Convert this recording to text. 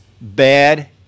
bad